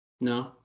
No